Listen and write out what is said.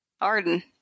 Arden